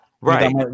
Right